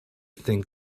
think